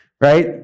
right